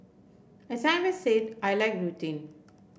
as I have said I like routine